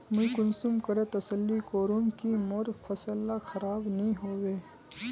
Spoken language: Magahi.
मुई कुंसम करे तसल्ली करूम की मोर फसल ला खराब नी होबे?